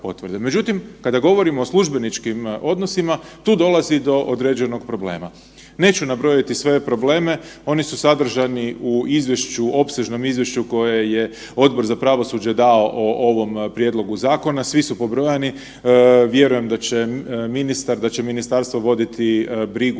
Međutim, kada govorimo o službeničkim odnosima, tu dolazi do određenog problema. Neću nabrojati sve probleme, oni su sadržani u izvješću, opsežnom izvješće koje je Odbor za pravosuđe dao o ovom prijedlogu zakona, svi su pobrojani, vjerujem da će ministar, da će ministarstvo voditi brigu